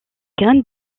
graines